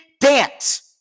dance